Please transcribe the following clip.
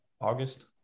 August